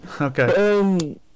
Okay